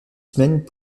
semaines